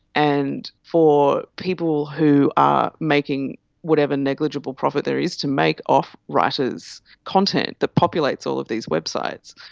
and for people who are making whatever negligible profit there is to make off writers' content that populates all of these websites,